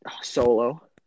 Solo